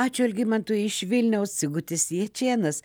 ačiū algimantui iš vilniaus sigutis jačėnas